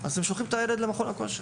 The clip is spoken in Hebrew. אז הם שולחים את הילד למכון הכושר.